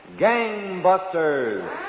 Gangbusters